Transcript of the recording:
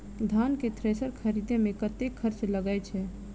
धान केँ थ्रेसर खरीदे मे कतेक खर्च लगय छैय?